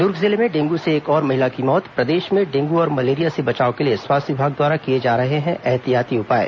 दुर्ग जिले में डेंगू से एक और महिला की मौत प्रदेश में डेंगू और मलेरिया से बचाव के लिए स्वास्थ्य विभाग द्वारा किए जा रहे हैं ऐहतियाती उपाय